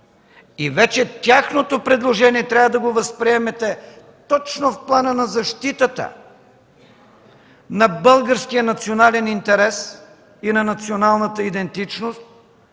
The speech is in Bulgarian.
и вече тяхното предложение трябва да възприемете точно в плана на защитата на българския национален интерес и на националната идентичност,